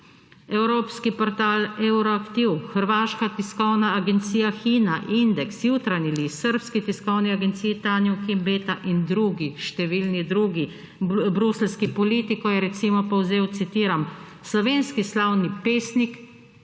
evropski portal Euractiv, hrvaška Tiskovna agencija Hina, Index, Jutranji List, srbski tiskovni agenciji Tanjug in Beta in drugi, številni drugi, bruseljski Politic, ko je recimo povzel, citiram, »slovenski slavni pesnik,